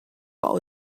qual